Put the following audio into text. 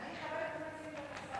אני אכבד את המציעים ואת השר.